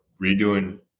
redoing